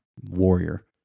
warrior